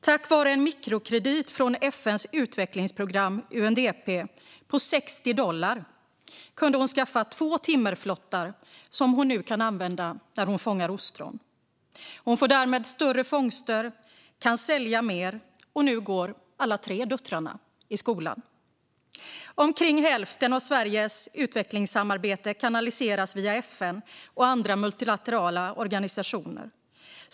Tack vare en mikrokredit från FN:s utvecklingsprogram UNDP på 60 dollar kunde hon skaffa två timmerflottar som hon nu kan använda när hon fångar ostron. Hon får därmed större fångster och kan sälja mer, och nu går alla tre döttrarna i skolan. Omkring hälften av Sveriges utvecklingssamarbete kanaliseras via FN och andra multilaterala organisationer.